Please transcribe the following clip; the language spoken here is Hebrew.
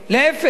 להיפך,